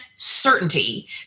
certainty